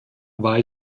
war